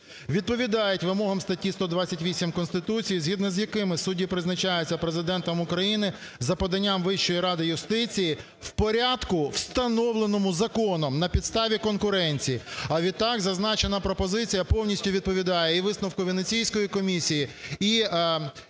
відповідають вимогам статті 128 Конституції згідно з якими судді призначаються Президентом України за поданням Вищої ради юстиції в порядку встановленому законом на підставі конкуренції. А відтак зазначена пропозиція повністю відповідає і висновку Венеційської комісії, і відповідно